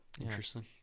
Interesting